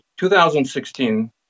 2016